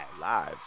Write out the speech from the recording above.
Live